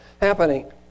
happening